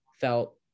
felt